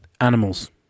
animals